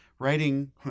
Writing –